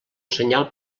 senyal